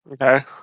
Okay